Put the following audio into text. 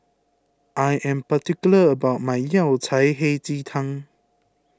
I am particular about my Yao Cai Hei Ji Tang